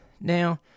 Now